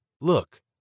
Look